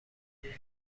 میده